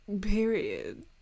Period